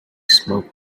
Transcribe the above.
smoke